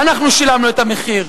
ואנחנו שילמנו את המחיר,